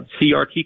CRT